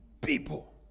people